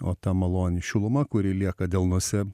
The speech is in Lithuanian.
o ta maloni šiluma kuri lieka delnuose